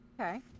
Okay